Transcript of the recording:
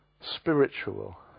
spiritual